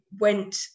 went